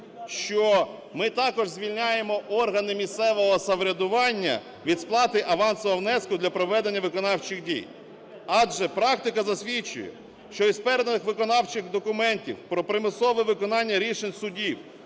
що ми також звільняємо органи місцевого самоврядування від сплати авансового внеску для проведення виконавчих дій. Адже практика засвідчує, що із переданих виконавчих документів про примусове виконання рішень суддів